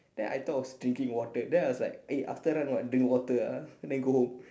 then I thought it was drinking water then I was like eh after run what drink water ah then go home